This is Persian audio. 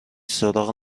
سراغ